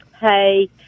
Hey